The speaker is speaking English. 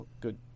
good